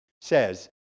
says